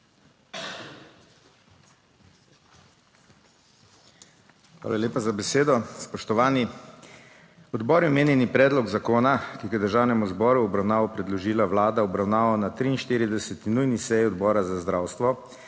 Hvala lepa za besedo. Spoštovani! Odbor je omenjeni predlog zakona, ki ga je Državnemu zboru v obravnavo predložila Vlada, obravnaval na 43. nujni seji Odbora za zdravstvo